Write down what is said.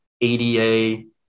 ADA